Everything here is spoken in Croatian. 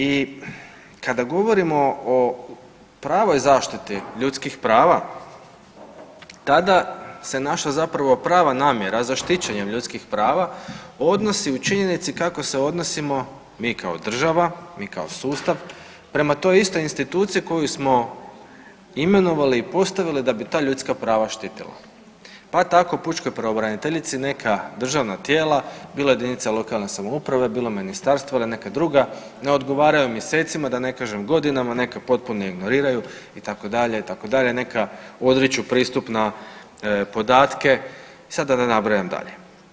I kada govorimo o pravoj zaštiti ljudskih prava, tada se naša zapravo prava namjera za štićenjem ljudskih prava odnosi u činjenici kako se odnosimo mi kao država, mi kao sustav prema toj istoj instituciji koju smo imenovali i postavili da bi ta ljudska prava štitila pa tako pučkoj pravobraniteljici neka državna tijela, bilo jedinice lokalne samouprave, bilo ministarstvo ili neka druga ne odgovaraju mjesecima, da ne kažem godinama, neka potpuno ignoriraju, itd., itd., neka odriču pristup na podatke i sad da ne nabrajam dalje.